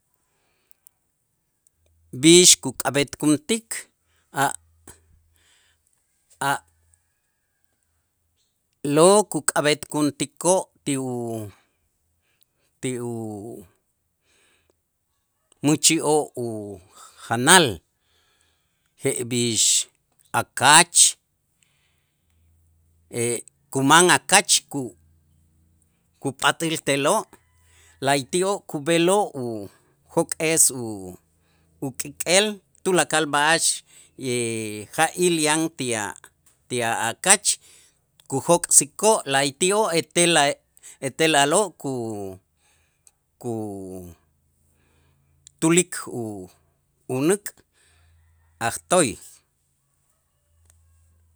B'ix kuk'ab'etkuntik a' a' lo' kuk'ab'etkuntikoo' ti u ti umächi'oo ujanal je'b'ix akach, kuman akach ku- kupat'äl te'lo' la'a'yti'oo' kub'eloo' ujok'es u- uk'ik'el tulakal b'a'ax ja'il yan ti a' ti a' akach kujok'sikoo' la'ayti'oo' etel la etel a'lo' ku- kutulik u- unäk ajtoy.